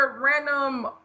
random